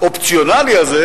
האופציונלי הזה,